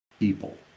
People